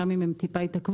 גם אם הם טיפה התעכבו.